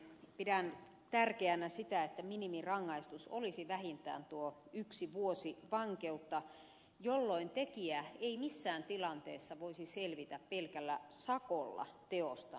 pidän tärkeänä sitä että minimirangaistus olisi vähintään tuo yksi vuosi vankeutta jolloin tekijä ei missään tilanteessa voisi selvitä pelkällä sakolla teostaan